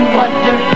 wonder